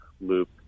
loop